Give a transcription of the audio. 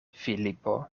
filipo